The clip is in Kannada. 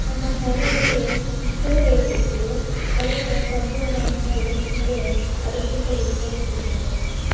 ನಮ್ಮ ಶಾಲೆಯಲ್ಲಿ ಚೂರು ಹೇಳ್ಕೊಟ್ಟಿದ್ರು ಆದರೆ ಸಂಪೂರ್ಣ ರಾಮಾಯಣ ಓದಿದ ಮೇಲೆ ಅದಕ್ಕಿಂತ ಹೆಚ್ಚಾಗಿ ತಿಳ್ಕೊಂಡಿದ್ದೀನಿ